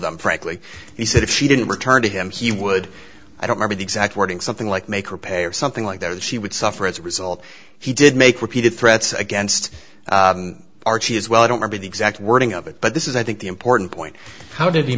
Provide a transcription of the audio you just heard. them frankly he said if she didn't return to him he would i don't mean the exact wording something like make her pay or something like that she would suffer as a result he did make repeated threats against archie as well i don't buy the exact wording of it but this is i think the important point how did